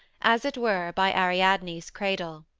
as it were by ariadne's cradle.